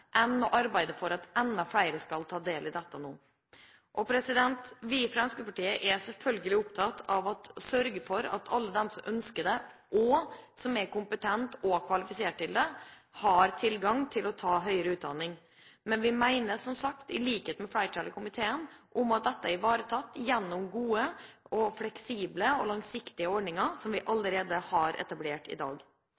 enn å arbeide for at enda flere skal ta del i dette nå. Vi i Fremskrittspartiet er selvfølgelig opptatt av å sørge for at alle de som ønsker det, og som er kompetent og kvalifisert til det, har tilgang til å ta høyere utdanning. Men som sagt mener vi, i likhet med flertallet i komiteen, at dette er ivaretatt gjennom gode, fleksible og langsiktige ordninger som allerede er etablert i dag. Vi